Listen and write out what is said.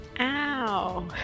Ow